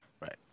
Right